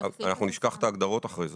אחר כך נשכח את ההגדרות.